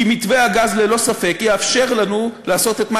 כי מתווה הגז ללא ספק יאפשר לנו לעשות את מה